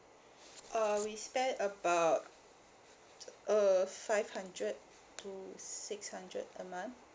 uh we spend about uh five hundred to six hundred a month